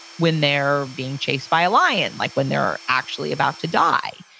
when they're being chased by a lion. like when they're actually about to die.